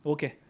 Okay